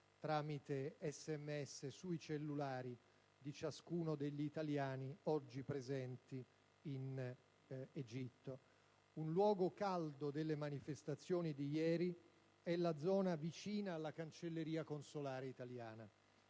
tramite SMS sui cellulari di ciascuno degli italiani oggi presenti in quello Stato. Un luogo caldo delle manifestazioni di ieri è stata la zona vicina alla cancelleria consolare italiana,